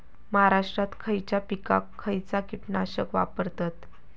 महाराष्ट्रात खयच्या पिकाक खयचा कीटकनाशक वापरतत?